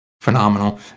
phenomenal